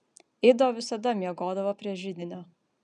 ido visada miegodavo prie židinio